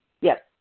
Yes